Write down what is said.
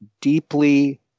deeply